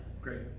great